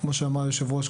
כמו שאמר היושב-ראש,